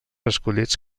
escollits